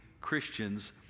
Christians